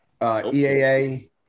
EAA